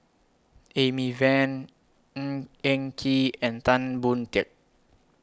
Amy Van Ng Eng Kee and Tan Boon Teik